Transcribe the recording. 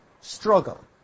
struggle